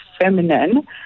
feminine